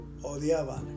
Odiaban